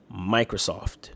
Microsoft